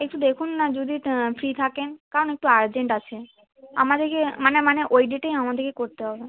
একটু দেখুন না যদি ফ্রি থাকেন কারণ একটু আর্জেন্ট আছে আমাদেকে মানে মানে ওই ডেটেই আমাদেকে করতে হবে